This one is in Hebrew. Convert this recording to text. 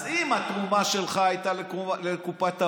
אז אם התרומה שלך הייתה לקופת האוצר,